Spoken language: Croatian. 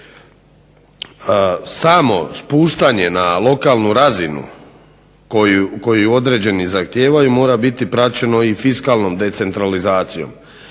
Samo spuštanje na lokalnu razinu koju određeni zahtijevaju mora biti praćeno i fiskalnom decentralizacijom